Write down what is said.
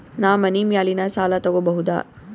ನಾ ಮನಿ ಮ್ಯಾಲಿನ ಸಾಲ ತಗೋಬಹುದಾ?